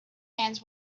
hands